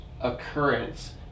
occurrence